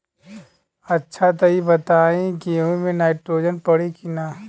अच्छा त ई बताईं गेहूँ मे नाइट्रोजन पड़ी कि ना?